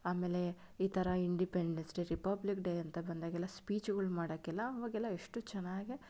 ಆಮೆಲೆ ಈ ಥರ Independence Day Republic Day ಅಂತ ಬಂದಾಗೆಲ್ಲ ಸ್ಪೀಚುಗಳು ಮಾಡೋಕ್ಕೆಲ್ಲ ಅವಾಗೆಲ್ಲ ಎಷ್ಟು ಚೆನ್ನಾಗೆ